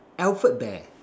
alfed bear